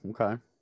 okay